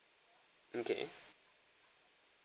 okay